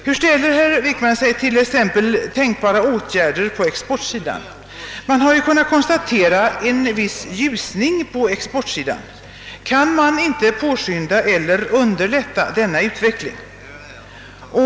Hur ställer sig statsrådet Wickman exempelvis till tänkbara åtgärder på exportsidan? Man har ju kunnat konstatera en viss ljusning på exportsidan. Kan man inte påskynda eller underlätta denna utveckling? 2.